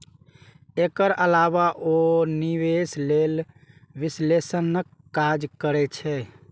एकर अलावे ओ निवेश लेल विश्लेषणक काज करै छै